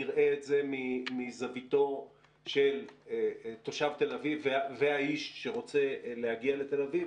נראה את זה מזוויתו של תושב תל אביב והאיש שרוצה להגיע לתל אביב.